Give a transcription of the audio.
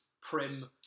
prim